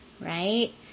right